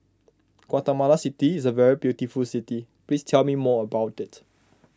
Guatemala City is a very beautiful city please tell me more about it